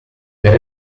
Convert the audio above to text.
per